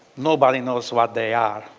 nobody knows what they are.